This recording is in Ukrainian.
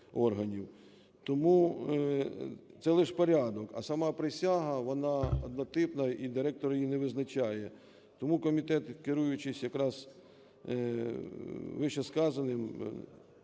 Тому це лише порядок, а сама присяга, вона однотипна, і директор її не визначає. Тому комітет, керуючись якраз вищесказаним,